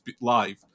live